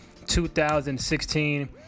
2016